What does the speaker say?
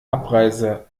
abreise